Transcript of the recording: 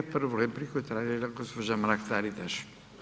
Prvu repliku je tražila gospođa Mrak Taritaš.